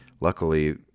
Luckily